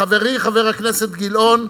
חברי חבר הכנסת גילאון,